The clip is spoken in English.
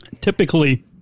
Typically